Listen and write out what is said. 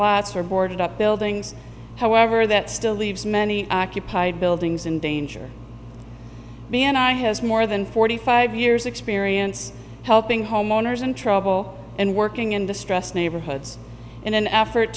lots are boarded up buildings however that still leaves many occupied buildings in danger man i has more than forty five years experience helping homeowners in trouble and working in distress neighborhoods in an effort